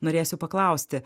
norėsiu paklausti